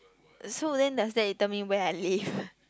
so then does that you tell me where I live